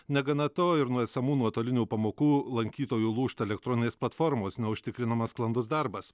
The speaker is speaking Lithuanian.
negana to ir nuo esamų nuotolinių pamokų lankytojų lūžta elektroninės platformos neužtikrinamas sklandus darbas